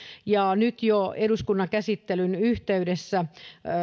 nyt jo eduskunnan käsittelyn yhteydessä